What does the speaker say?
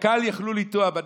קק"ל יכלו לנטוע בנגב.